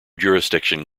jurisdiction